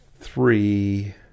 three